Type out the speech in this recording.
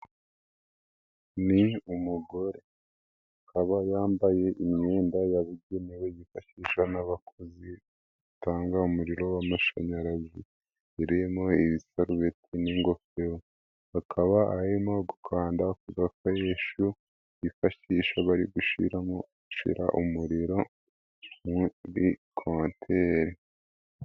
Ni umugore, akaba yambaye imyenda yabugenewe yifashisha n'abakozi batanga umuriro w'amashanyarazi, birimo ibisarubeti n'ingofero, akaba arimo gukanda ku gakoresho bifashisha bari gushiramo gushira umuriro muri konteri.